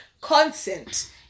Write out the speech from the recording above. consent